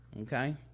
Okay